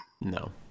No